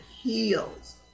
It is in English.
heals